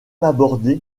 abordé